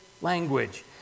language